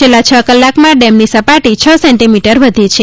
છેલ્લા છ કલાકમાં ડેમની સપાટી હ સેન્ટીમીટર વધી છે